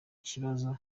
kibazo